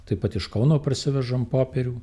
taip pat iš kauno parsivežam popierių